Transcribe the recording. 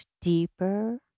deeper